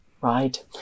right